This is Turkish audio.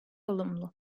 olumlu